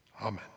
amen